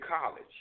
college